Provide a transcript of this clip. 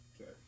okay